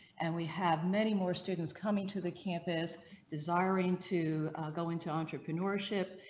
and we have many more students coming to the campus desiring to go into entrepreneurship.